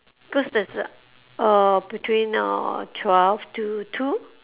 cause there is a uh between uh twelve to two